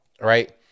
Right